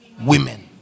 women